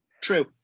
True